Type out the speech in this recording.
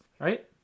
right